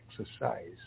exercise